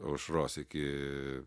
aušros iki